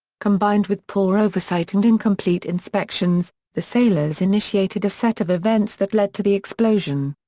combined with poor oversight and incomplete inspections, the sailors initiated a set of events that led to the explosion.